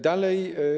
Dalej.